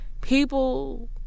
People